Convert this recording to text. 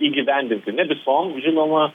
įgyvendinti ne visom žinoma